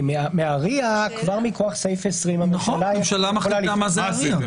מה-RIA כבר מכוח סעיף 20 הממשלה --- הממשלה מחליטה מה זה ה-RIA.